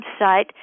website